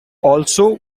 also